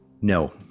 No